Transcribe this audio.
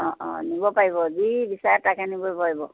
নিব পাৰিব যি বিচাৰে তাকে নিবলৈ পাৰিব